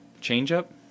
change-up